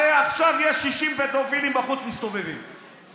הרי עכשיו יש 60 פדופילים שמסתובבים בחוץ.